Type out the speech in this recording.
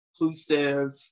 inclusive